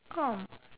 oh